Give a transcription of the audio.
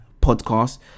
podcast